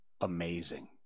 amazing